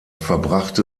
verbrachte